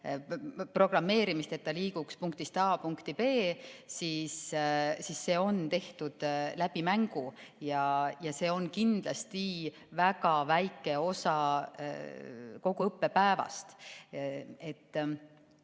programmeerimist, et ta liiguks punktist A punkti B, siis see on tehtud läbi mängu ja see on kindlasti väga väike osa kogu õppepäevast.